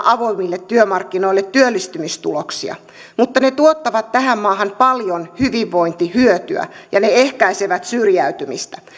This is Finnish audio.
avoimille työmarkkinoille pitkäaikaisia työllistymistuloksia mutta ne tuottavat tähän maahan paljon hyvinvointihyötyä ja ne ehkäisevät syrjäytymistä